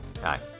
Hi